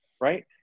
right